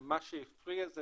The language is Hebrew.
מה שהפריע זה